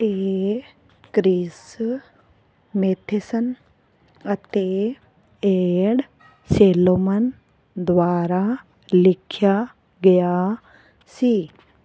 ਇਹ Chris Matheson ਅਤੇ Ed Solomon ਦੁਆਰਾ ਲਿਖਿਆ ਗਿਆ ਸੀ